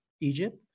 Egypt